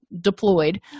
deployed